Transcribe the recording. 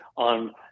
on